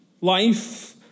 life